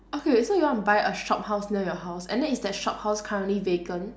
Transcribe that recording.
okay so you want to buy a shophouse near your house and then is that shophouse currently vacant